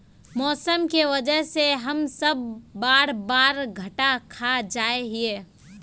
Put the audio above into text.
मौसम के वजह से हम सब बार बार घटा खा जाए हीये?